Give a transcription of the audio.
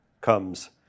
comes